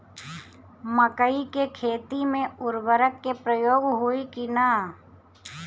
मकई के खेती में उर्वरक के प्रयोग होई की ना?